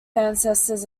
ancestors